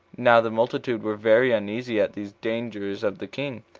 now the multitude were very uneasy at these dangers of the king,